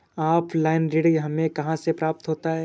Offline ऋण हमें कहां से प्राप्त होता है?